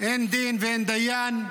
אין דין ואין דיין,